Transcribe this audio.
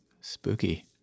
spooky